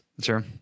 Sure